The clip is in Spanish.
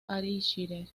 ayrshire